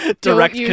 Direct